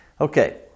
Okay